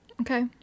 Okay